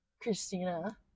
Christina